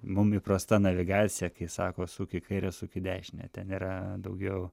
mum įprasta navigacija kai sako suk į kairę suk į dešinę ten yra daugiau